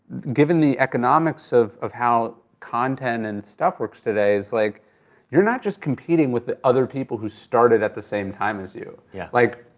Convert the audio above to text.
given the economics of of how content and stuff works today, like you're not just competing with the other people who started at the same time as you. yeah like,